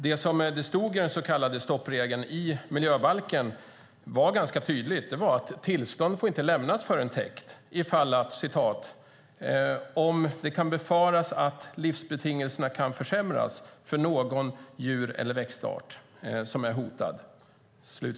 Det som stod i den så kallade stoppregeln i miljöbalken var ganska tydligt: "Tillstånd skall inte få lämnas, om det kan befaras att livsbetingelserna försämras för någon djur eller växtart som är hotad."